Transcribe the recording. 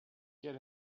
get